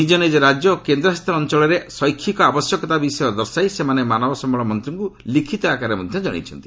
ନିଜ ନିଜ ରାଜ୍ୟ ଓ କେନ୍ଦ୍ରଶାସିତ ଅଞ୍ଚଳରେ ଶୈକ୍ଷିକ ଆବଶ୍ୟକତା ବିଷୟ ଦର୍ଶାଇ ସେମାନେ ମାନବ ସମ୍ଭଳ ମନ୍ତ୍ରୀଙ୍କୁ ଲିଖିତ ଆକାରରେ ମଧ୍ୟ ଜଣାଇଛନ୍ତି